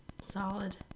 Solid